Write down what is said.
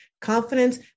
Confidence